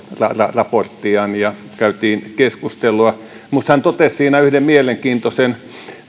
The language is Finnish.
raporttiaan ja käytiin keskustelua minusta hän totesi siinä yhden mielenkiintoisen